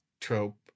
trope